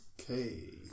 Okay